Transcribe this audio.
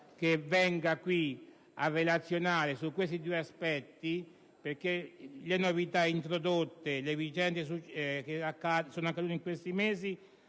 in Parlamento a relazionare su questi due aspetti, perché le novità introdotte e le vicende accadute in questi mesi